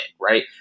right